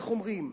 איך אומרים: